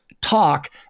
talk